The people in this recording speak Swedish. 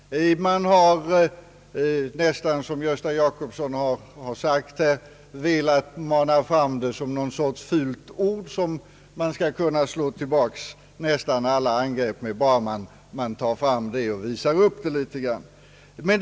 Som herr Gösta Jacobsson har sagt har man velat göra detta till ett fult ord som man skall kunna ta fram och visa och slå tillbaka nästan alla angrepp med.